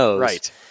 Right